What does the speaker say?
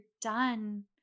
done